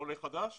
עולה חדש